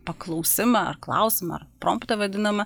paklausimą ar klausimą ar promtą vadinamą